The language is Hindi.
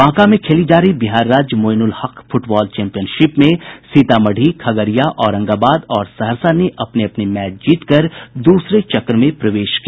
बांका में खेली जा रही बिहार राज्य मोईनुल हक फुटबॉल चैंपियनशिप में खगड़िया सीतामढ़ी औरंगाबाद और सहरसा ने अपने अपने मैच जीत कर दूसरे चक्र में प्रवेश किया